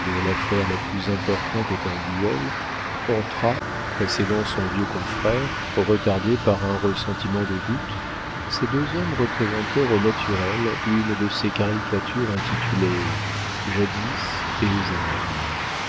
dont l'affaire la plus importante est un duel entra précédant son vieux confrère retardé par un ressentiment de goutte ces deux hommes représentèrent au naturel une de ces caricatures intitulées jadis et aujourd'hui